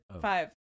five